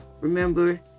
Remember